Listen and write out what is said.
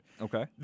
Okay